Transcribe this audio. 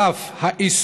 על אף האיסור,